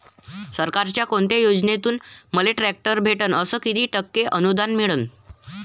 सरकारच्या कोनत्या योजनेतून मले ट्रॅक्टर भेटन अस किती टक्के अनुदान मिळन?